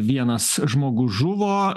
vienas žmogus žuvo